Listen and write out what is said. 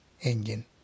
engine